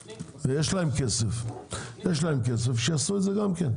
הרי יש להם כסף, שיעשו את זה גם כן.